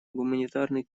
гуманитарный